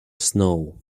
snow